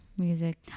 music